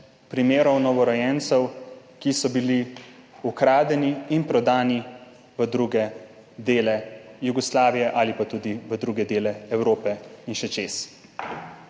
primerov novorojencev, ki so bili ukradeni in prodani v druge dele Jugoslavije ali pa tudi v druge dele Evrope in še čez.